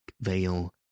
veil